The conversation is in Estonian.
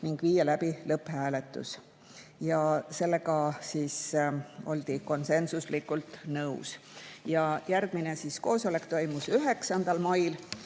ning viia läbi lõpphääletus. Sellega oldi konsensuslikult nõus. Järgmine koosolek toimus 9. mail,